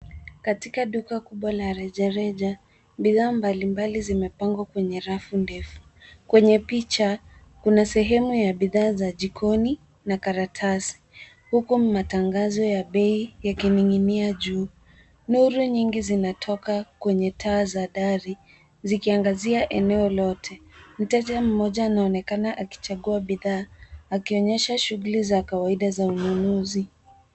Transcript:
Katika duka kubwa la rejareja. Bidhaa mbalimbali zimepangwa kwenye rafu ndefu. Kwenye picha kuna sehemu ya bidhaa za jikoni na karatasi huku matangazo ya bei yakining'inia juu. Nuru nyingi zinatoka kwenye taa za dari, zikiangazia eneo lote. Mteja mmoja anaonekana akichagua bidhaa, akionyesha shughuli za kawaida za ununuzi.